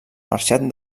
marxat